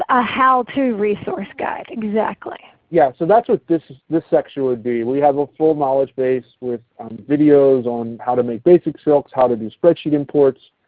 a how to resource guide, exactly. alex yeah, so that's what this this section would be. we have a full knowledge base with videos on how to make basic silks, how to do spreadsheet imports,